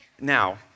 Now